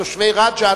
תושבי רג'ר,